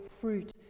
fruit